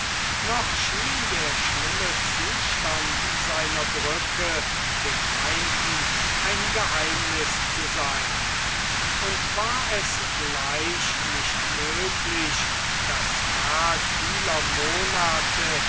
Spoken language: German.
noch schien der schlimme zustand seiner brücke den feinden ein geheimniß zu sein und war es gleich nicht möglich das werk vieler monate